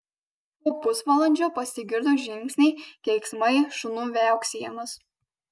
po pusvalandžio pasigirdo žingsniai keiksmai šunų viauksėjimas